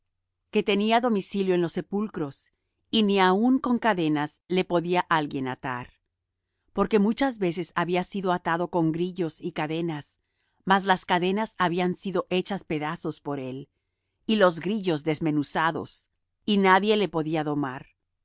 que tenía domicilio en los sepulcros y ni aun con cadenas le podía alguien atar porque muchas veces había sido atado con grillos y cadenas mas las cadenas habían sido hechas pedazos por él y los grillos desmenuzados y nadie le podía domar